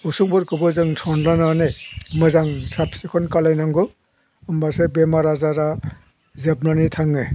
उसुंफोरखौबो जों सनलानानै मोजां साब सिखन खालायनांगौ होमब्लासो बेमार आजारा जोबनानै थाङो